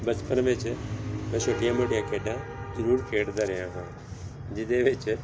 ਬਚਪਨ ਵਿੱਚ ਮੈਂ ਛੋਟੀਆਂ ਮੋਟੀਆਂ ਖੇਡਾਂ ਜ਼ਰੂਰ ਖੇਡਦਾ ਰਿਹਾ ਹਾਂ ਜਿਹਦੇ ਵਿੱਚ